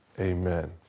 Amen